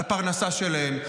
על הפרנסה שלהם,